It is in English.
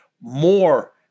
more